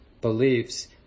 beliefs